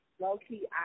low-key